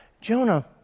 Jonah